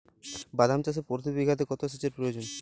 বাদাম চাষে প্রতি বিঘাতে কত সেচের প্রয়োজন?